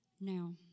Now